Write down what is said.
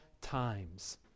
times